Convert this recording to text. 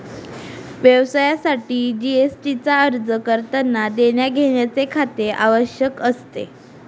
व्यवसायासाठी जी.एस.टी चा अर्ज करतांना देण्याघेण्याचे खाते आवश्यक असते